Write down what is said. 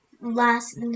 last